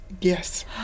Yes